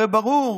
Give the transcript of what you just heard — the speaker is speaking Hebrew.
הרי ברור